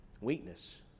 weakness